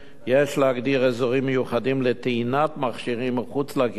יש להגדיר אזורים מיוחדים לטעינת מכשירים מחוץ לכיתה,